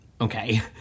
Okay